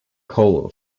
coal